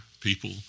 people